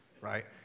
right